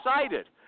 excited